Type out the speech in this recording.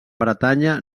bretanya